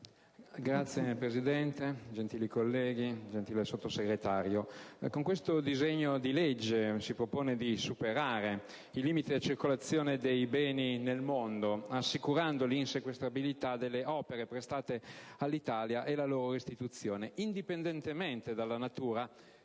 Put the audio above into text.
Signor Presidente, colleghi, signor Sottosegretario, il disegno di legge in titolo si propone di superare i limiti alla circolazione dei beni nel mondo, assicurando l'insequestrabilità delle opere prestate all'Italia e la loro restituzione, indipendentemente dalla natura